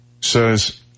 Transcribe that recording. says